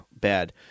bad